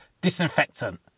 disinfectant